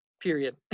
period